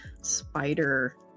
spider